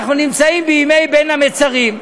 אנחנו נמצאים בימי בין המצרים,